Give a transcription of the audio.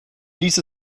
lies